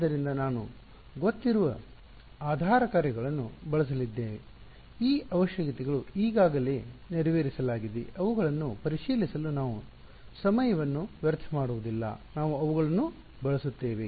ಆದ್ದರಿಂದ ನಾವು ಪ್ರಸಿದ್ಧ ಗೊತ್ತಿರುವ ಆಧಾರ ಕಾರ್ಯಗಳನ್ನು ಬಳಸಲಿದ್ದೇವೆ ಈ ಅವಶ್ಯಕತೆಗಳು ಈಗಾಗಲೇ ನೆರವೇರಿಸಲಾಗಿವೆ ಅವುಗಳನ್ನು ಪರಿಶೀಲಿಸಲು ನಾವು ಸಮಯವನ್ನು ವ್ಯರ್ಥ ಮಾಡುವುದಿಲ್ಲ ನಾವು ಅವುಗಳನ್ನು ಬಳಸುತ್ತೇವೆ